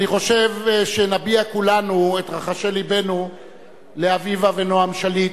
אני חושב שנביע כולנו את רחשי לבנו לאביבה ונועם שליט.